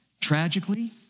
Tragically